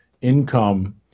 income